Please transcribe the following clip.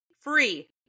free